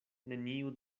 neniu